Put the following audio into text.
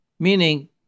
Meaning